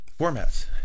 formats